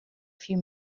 few